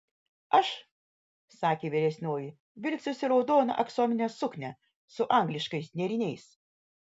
aš sakė vyresnioji vilksiuosi raudoną aksominę suknią su angliškais nėriniais